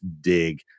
dig